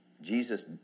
Jesus